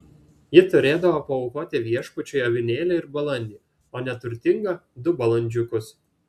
ji turėdavo paaukoti viešpačiui avinėlį ir balandį o neturtinga du balandžiukus